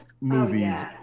movies